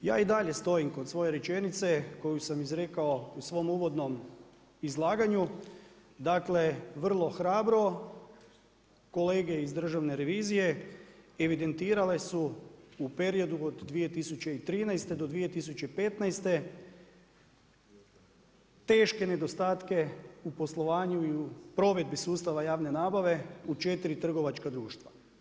Ja i dalje stojim kod svoje rečenice koju sam izrekao u svom uvodnom izlaganju, dakle, vrlo hrabro, kolege iz Državne revizije, evidentirale su u periodu od 2013.-2015. teške nedostatke u poslovanju i u provedbi sustava javne nabave u 4 trgovačka društva.